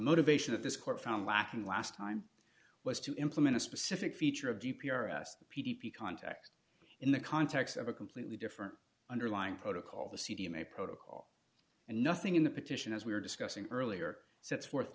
motivation of this court found lacking last time was to implement a specific feature of g p r s p d p contact in the context of a completely different underlying protocol the c d m a protocol and nothing in the petition as we were discussing earlier so it's worth